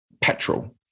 petrol